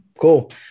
Cool